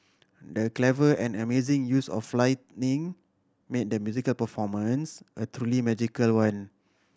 the clever and amazing use of lighting made the musical performance a truly magical one